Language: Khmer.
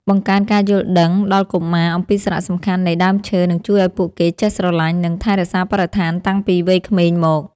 បង្កើនការយល់ដឹងដល់កុមារអំពីសារៈសំខាន់នៃដើមឈើនឹងជួយឱ្យពួកគេចេះស្រឡាញ់ និង ថែរក្សាបរិស្ថានតាំងពីវ័យក្មេងមក។